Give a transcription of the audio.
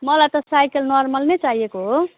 मलाई त cycle normal नै चाहिएको हो